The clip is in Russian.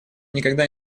никогда